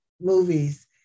movies